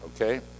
Okay